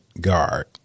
guard